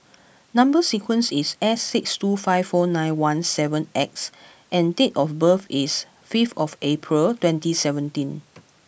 number sequence is S six two five four nine one seven X and date of birth is fifth of April twenty seventeen